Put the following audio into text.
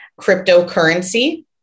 cryptocurrency